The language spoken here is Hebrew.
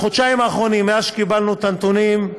בחודשיים האחרונים, מאז קיבלנו את הנתונים,